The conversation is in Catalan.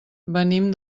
venim